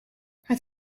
het